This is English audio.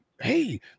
hey